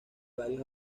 varios